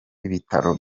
ibitaro